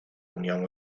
unión